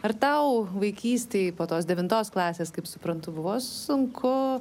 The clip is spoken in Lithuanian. ar tau vaikystėj po tos devintos klasės kaip suprantu buvo sunku